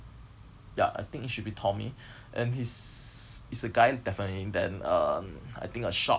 ya I think it should be tommy and his it's a guy definitely then um I think uh short